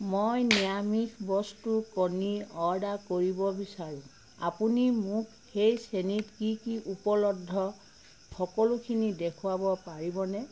মই নিৰামিষ বস্তু কণী অৰ্ডাৰ কৰিব বিচাৰোঁ আপুনি মোক সেই শ্ৰেণীত কি কি উপলব্ধ সকলোখিনি দেখুৱাব পাৰিবনে